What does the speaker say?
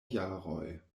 jaroj